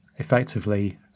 effectively